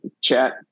Chat